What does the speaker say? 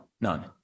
None